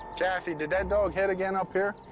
kathy, did that dog hit again up here?